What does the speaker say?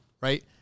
right